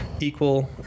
equal